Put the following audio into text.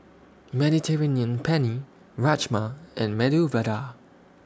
Mediterranean Penne Rajma and Medu Vada